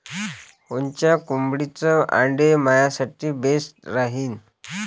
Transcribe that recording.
कोनच्या कोंबडीचं आंडे मायासाठी बेस राहीन?